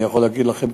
אני יכול להגיד לכם,